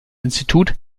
institut